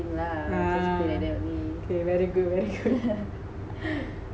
ha okay very good very good